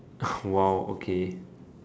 !wow! okay